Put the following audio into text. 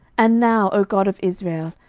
and now, o god of israel,